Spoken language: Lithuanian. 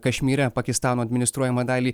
kašmyre pakistano administruojamą dalį